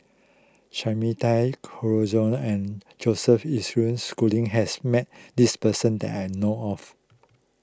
Sumida Haruzo and Joseph Isaac Schooling has met this person that I know of